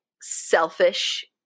selfish